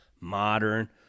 modern